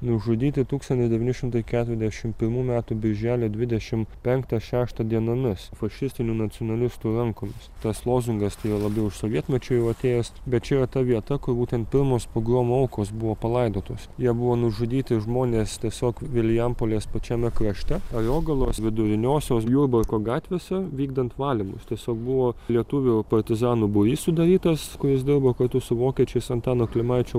nužudyti tūkstantis devyni šimtai keturiasdešimt pirmų metų birželio dvidešim penktą šeštą dienomis fašistinių nacionalistų rankomis tas lozungas tai yra labiau iš sovietmečio jau atėjęs bet čia yra ta vieta kur būtent pirmos pogromo aukos buvo palaidotos jie buvo nužudyti žmonės tiesiog vilijampolės pačiame krašte ariogalos viduriniosios jurbarko gatvėse vykdant valymus tiesiog buvo lietuvių partizanų būrys sudarytas kuris dirbo kartu su vokiečiais antano klimaičio